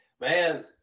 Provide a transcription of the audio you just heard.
Man